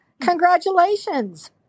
Congratulations